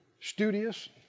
studious